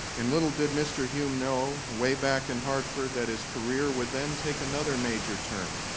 and little did mr. hume know way back in hartford that his career would then take another major turn.